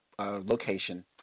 Location